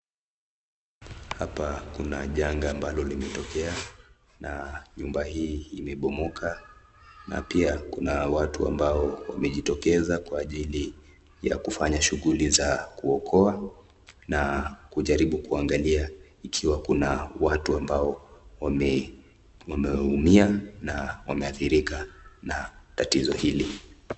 Hapa kuna changa ambalo limetokea na nyumba hii imepomoka na pia kuna watu ambao wamejitokesa Kwa ajili kufanya shughulu za kuokoa na kujaribu kuangalia ikiwa kuna watu ambao wameumia na wameahadirika na tatiso hili.